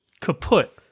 kaput